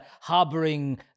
harboring